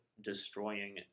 destroying